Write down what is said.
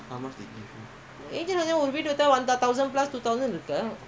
uh three hundred thousand அவ்ளோதா:avloothaa terrace house you know now last time